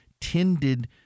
tended